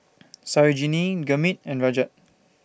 Sarojini Gurmeet and Rajat